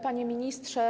Panie Ministrze!